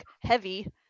heavy